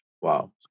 Wow